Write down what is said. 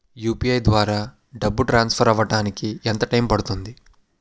UPI ద్వారా డబ్బు transfer అవ్వడానికి ఎంత టైం పడుతుంది?